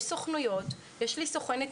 יש לי סוכנת,